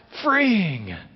freeing